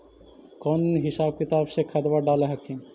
कौन हिसाब किताब से खदबा डाल हखिन?